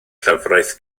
llefrith